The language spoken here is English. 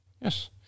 Yes